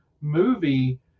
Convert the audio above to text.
movie